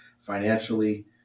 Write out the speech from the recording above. financially